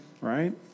right